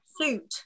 suit